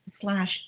slash